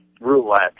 roulette